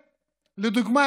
לדוגמה,